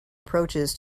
approaches